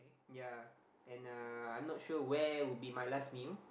yea and uh I'm not sure where would be my last meal